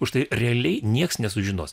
už tai realiai niekas nesužinos